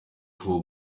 koko